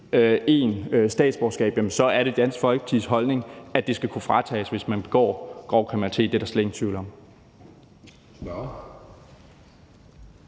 en statsborgerskab, så er det Dansk Folkepartis holdning, at det skal kunne fratages, hvis man begår grov kriminalitet. Det er der slet ingen tvivl om.